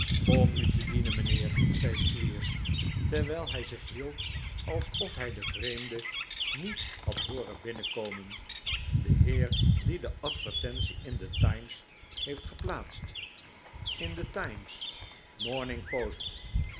om u te dienen mijnheer zei squeers terwijl hij zich hield alsof hij den vreemde niet had hooren binnenkomen de heer die de advertentie in de times heeft geplaatst in de times